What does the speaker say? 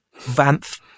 Vanth